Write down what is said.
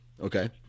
Okay